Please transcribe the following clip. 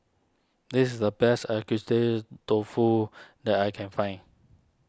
this is the best Dofu that I can find